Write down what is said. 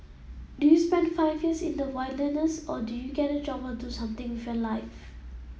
do you spend five years in the wilderness or do you get a job or do something with your life